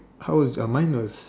how was uh mine was